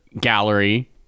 gallery